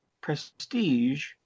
prestige